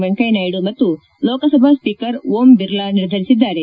ವೆಂಕಯ್ಯನಾಯ್ಗು ಮತ್ತು ಲೋಕಸಭಾ ಸ್ಪೀಕರ್ ಓಂ ಬಿರ್ಲಾ ನಿರ್ಧರಿಸಿದ್ದಾರೆ